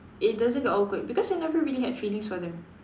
it doesn't got awkward because I never really had feelings for them